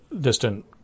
distant